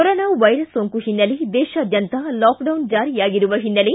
corona virus ಸೋಂಕು ಹಿನ್ನೆಲೆ ದೇಶಾದ್ಯಂತ ಲಾಕ್ಡೌನ್ ಜಾರಿಯಾಗಿರುವ ಹಿನ್ನೆಲೆ